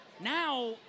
Now